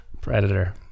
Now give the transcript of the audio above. Predator